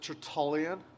Tertullian